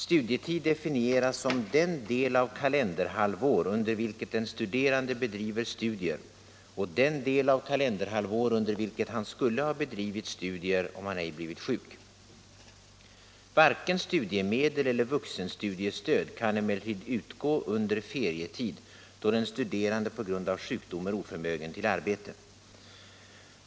Studietid definieras som den del av kalenderhalvår under vilken den studerande bedriver studier och den del av kalenderhalvår under vilken han skulle ha bedrivit studier, om han ej blivit sjuk. Varken studiemedel eller vuxenstudiestöd kan emellertid utgå under ferietid då den studerande på grund av sjukdom är oförmögen till arbete.